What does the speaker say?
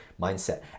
mindset